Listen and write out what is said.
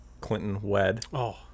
Clinton-wed